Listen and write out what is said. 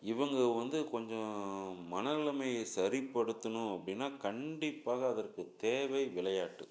இவங்க வந்து கொஞ்சம் மன நிலைமை சரிப்படுத்தணும் அப்படின்னா கண்டிப்பாக அதற்குத் தேவை விளையாட்டு